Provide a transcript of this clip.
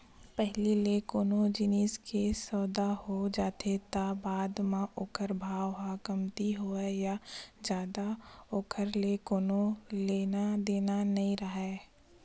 पहिली ले कोनो जिनिस के सउदा हो जाथे त बाद म ओखर भाव ह कमती होवय या जादा ओखर ले कोनो लेना देना नइ राहय